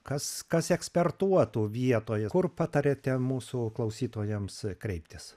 kas kas ekspertuotų vietoje kur patariate mūsų klausytojams kreiptis